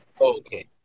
Okay